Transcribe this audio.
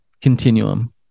continuum